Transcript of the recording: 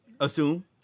assume